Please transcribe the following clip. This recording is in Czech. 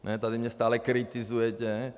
Ne, tady mě stále kritizujete, ne.